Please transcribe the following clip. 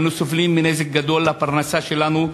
אנו סובלים מנזק גדול לפרנסה שלנו,